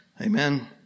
Amen